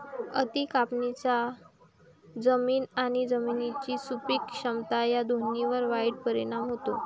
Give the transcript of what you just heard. अति कापणीचा जमीन आणि जमिनीची सुपीक क्षमता या दोन्हींवर वाईट परिणाम होतो